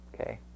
Okay